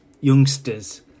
youngsters